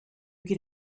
get